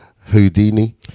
Houdini